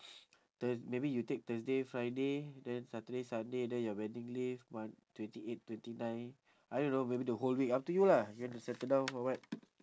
thur~ maybe you take thursday friday then saturday sunday then your wedding leave one twenty eight twenty nine I don't know maybe the whole week up to you lah you want to settle down or what